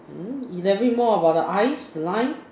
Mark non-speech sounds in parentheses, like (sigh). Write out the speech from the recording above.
(noise) elaborate more about the eyes the line